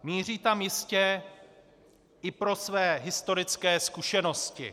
Míří tam jistě i pro své historické zkušenosti.